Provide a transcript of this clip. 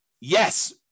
Yes